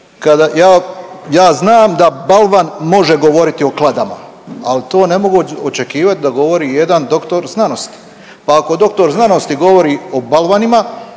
ja znam da balvan može govoriti o kladama, ali to ne mogu očekivati da govori jedan doktor znanosti, pa kao doktor znanosti govori o balvanima